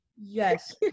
Yes